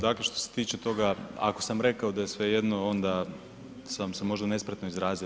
Dakle, što se tiče toga ako sam rekao da je svejedno onda sam se možda nespretno izrazio.